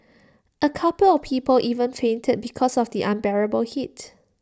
A couple of people even fainted because of the unbearable heat